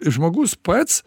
žmogus pats